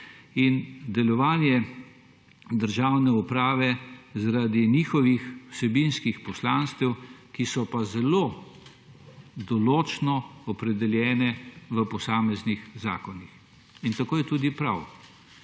pri delovanju državne uprave zaradi njihovih vsebinskih poslanstev, ki so pa zelo določno opredeljena v posameznih zakonih. In tako je tudi prav.